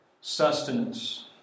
sustenance